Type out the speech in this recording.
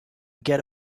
get